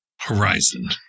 horizon